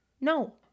No